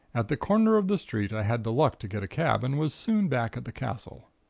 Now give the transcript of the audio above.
at the corner of the street i had the luck to get a cab and was soon back at the castle.